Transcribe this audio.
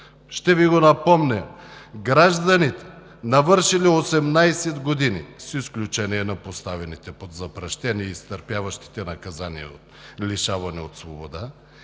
Ще Ви го напомня: „Гражданите, навършили 18 години, с изключение на поставените под запрещение и изтърпяващите наказание лишаване от свобода,